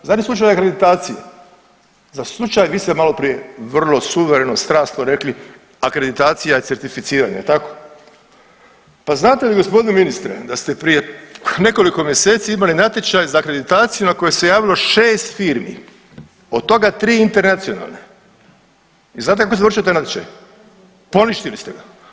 Zadnji slučaj akreditacije, za slučaj vi ste maloprije vrlo suvereno, strasno rekli akreditacija je certificiranje, jel tako, pa znate li gospodine ministre da ste prije nekoliko mjeseci imali natječaj za akreditaciju na koji se javilo 6 firmi, od toga 3 internacionalne i znate kako je završio taj natječaj, poništili ste ga.